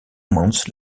months